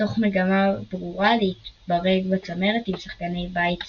תוך מגמה ברורה להתברג בצמרת עם שחקני בית צעירים.